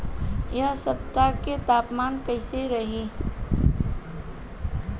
एह सप्ताह के तापमान कईसन रही?